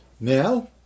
Now